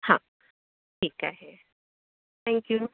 हां ठीक आहे थँक्यू